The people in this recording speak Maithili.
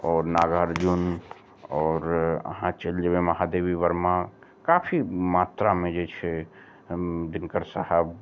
आओर नागार्जुन आओर आहाँ चैलि जेबै महादेवी बर्मा काफी मात्रामे जे छै दिनकर साहब